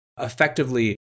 effectively